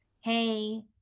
hey